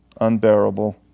unbearable